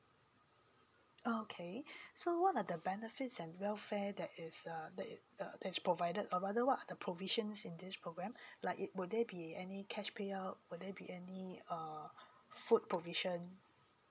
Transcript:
okay so what are the benefits and welfare that is uh that is provided or rather what are the provisions in this program like it will there be any cash payout will there be any uh food provision